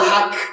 Lock